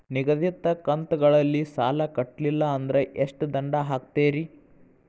ನಿಗದಿತ ಕಂತ್ ಗಳಲ್ಲಿ ಸಾಲ ಕಟ್ಲಿಲ್ಲ ಅಂದ್ರ ಎಷ್ಟ ದಂಡ ಹಾಕ್ತೇರಿ?